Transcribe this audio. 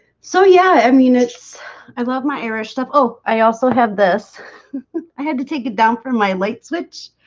so yeah, i mean it's i love my irish stuff oh, i also have this i had to take it down for my light switch,